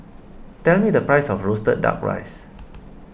tell me the price of Roasted Duck Rice